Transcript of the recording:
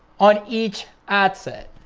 on each ad set.